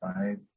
right